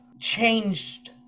changed